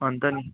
अन्त नि